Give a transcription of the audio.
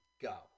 go